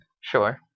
sure